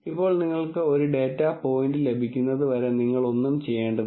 ഇപ്പോൾ നിങ്ങൾക്ക് ഒരു ഡാറ്റ പോയിന്റ് ലഭിക്കുന്നതുവരെ നിങ്ങൾ ഒന്നും ചെയ്യേണ്ടതില്ല